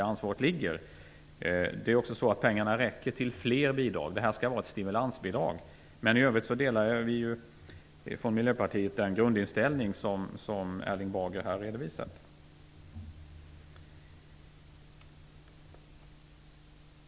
Pengarna räcker också till flera bidrag. Det här skall vara ett stimulansbidrag. I övrigt delar vi i Miljöpartiet den grundinställning som Erling Bager här har redovisat.